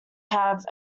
have